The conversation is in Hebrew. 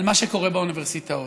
על מה שקורה באוניברסיטאות.